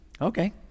okay